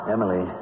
Emily